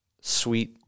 sweet